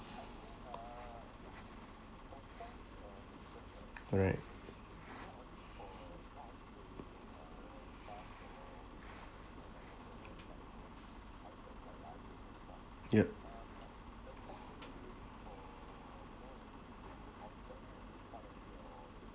right yup